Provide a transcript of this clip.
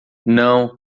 não